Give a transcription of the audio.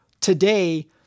Today